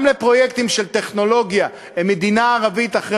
גם לפרויקטים של טכנולוגיה עם מדינה ערבית אחרי